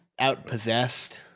outpossessed